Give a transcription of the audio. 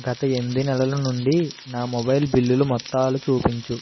గత ఎనిమిది నెలల నుండి నా మొబైల్ బిల్లులు మొత్తాలు చూపించు